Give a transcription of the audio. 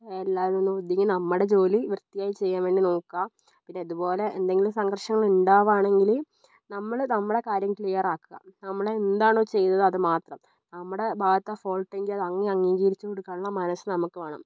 എല്ലാവരുമൊന്നു ഒതുങ്ങി നമ്മുടെ ജോലി വൃത്തിയായി ചെയ്യാൻ വേണ്ടി നോക്കുക പിന്നെ ഇതുപോലെ എന്തെങ്കിലും സംഘർഷങ്ങൾ ഉണ്ടാവുകയാണെങ്കിൽ നമ്മൾ നമ്മുടെ കാര്യം ക്ലിയറാക്കുക നമ്മളെന്താണോ ചെയ്തത് അതുമാത്രം നമ്മുടെ ഭാഗത്താണ് ഫോൾട്ട് എങ്കിൽ അത് അങ്ങ് അംഗീകരിച്ചു കൊടുക്കാനുള്ള മനസ്സ് നമ്മൾക്ക് വേണം